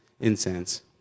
incense